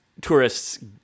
tourists